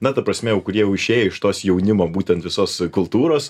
na ta prasme jau kurie jau išėję iš tos jaunimo būtent visos kultūros